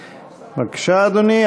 בבקשה, אדוני.